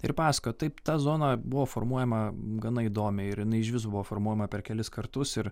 ir pasakoja taip ta zona buvo formuojama gana įdomiai ir jinai išvis buvo formuojama per kelis kartus ir